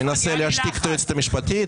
מנסה להשתיק את היועצת המשפטית.